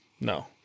No